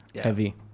Heavy